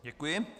Děkuji.